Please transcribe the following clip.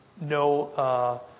no